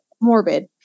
morbid